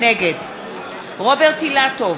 נגד רוברט אילטוב,